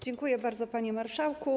Dziękuję bardzo, panie marszałku.